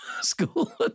School